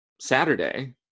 Saturday